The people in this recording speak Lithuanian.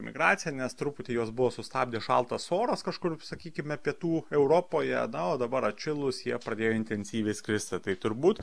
migracija nes truputį juos buvo sustabdęs šaltas oras kažkur sakykime pietų europoje na o dabar atšilus jie pradėjo intensyviai skristi tai turbūt